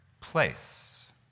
place